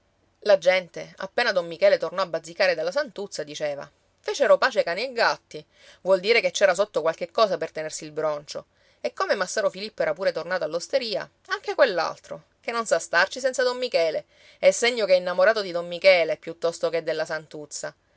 la gente appena don michele tornò a bazzicare dalla santuzza diceva fecero pace cani e gatti vuol dire che ci era sotto qualche cosa per tenersi il broncio e come massaro filippo era pure tornato all'osteria anche quell'altro che non sa starci senza don michele è segno che è innamorato di don michele piuttosto che della santuzza